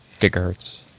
gigahertz